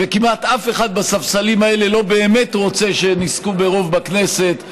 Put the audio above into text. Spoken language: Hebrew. וכמעט אף אחד בספסלים האלה לא באמת רוצה שהן יזכו ברוב בכנסת,